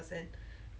then